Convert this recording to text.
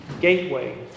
gateway